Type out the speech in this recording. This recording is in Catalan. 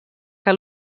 que